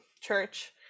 church